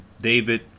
David